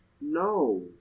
No